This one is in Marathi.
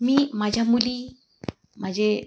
मी माझ्या मुली माझे